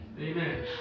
Amen